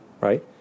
right